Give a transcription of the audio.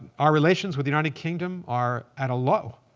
our relations with united kingdom are at a low.